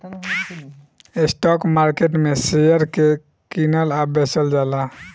stock market में share के कीनल आ बेचल जाला